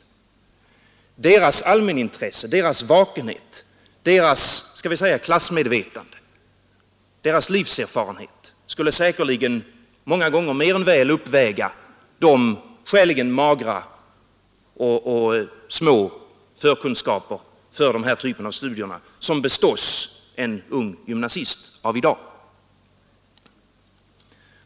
Deras allmänna intresse, deras vakenhet, deras klassmedvetande och deras livserfarenhet skulle säkerligen många gånger mer än väl uppväga de skäligen små och magra förkunskaper för denna typ av studier som bestås en ung gymnasist av i dag.